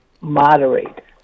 moderate